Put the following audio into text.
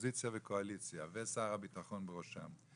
אופוזיציה וקואליציה ושר הביטחון בראשם,